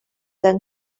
than